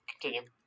Continue